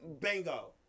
Bingo